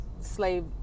slave